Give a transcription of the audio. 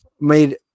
made